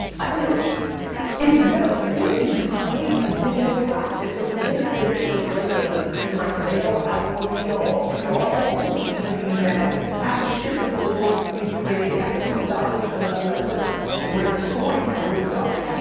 ah you know it's very easy to create a digital practice within a traditional print or direct mail, outdoor media or pr. all these agencies now have to shift into the world that we've created because that's where the dollars and the momentum and where the story telling is going.